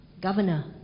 governor